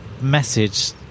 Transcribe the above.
message